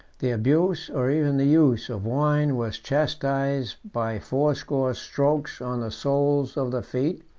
the abuse, or even the use, of wine was chastised by fourscore strokes on the soles of the feet,